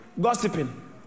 gossiping